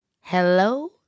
Hello